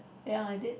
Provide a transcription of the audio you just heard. ya I did